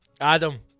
Adam